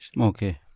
Okay